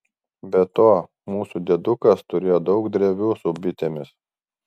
be to mūsų diedukas turėjo daug drevių su bitėmis